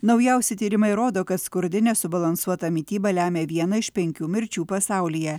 naujausi tyrimai rodo kad skurdi nesubalansuota mityba lemia vieną iš penkių mirčių pasaulyje